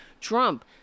Trump